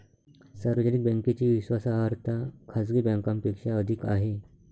सार्वजनिक बँकेची विश्वासार्हता खाजगी बँकांपेक्षा अधिक आहे